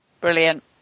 brilliant